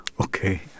okay